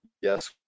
yes